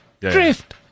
Drift